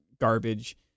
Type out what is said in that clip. garbage